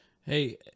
Hey